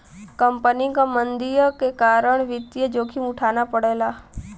company क मंदी के कारण वित्तीय जोखिम उठाना पड़ला